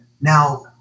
Now